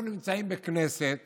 אנחנו נמצאים בכנסת